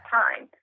time